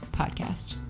podcast